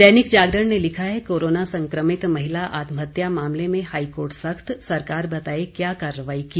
दैनिक जागरण ने लिखा है कोरोना संक्रमित महिला आत्महत्या मामले में हाईकोर्ट सख्त सरकार बताए क्या कार्रवाई की